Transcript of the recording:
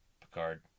Picard